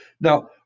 Now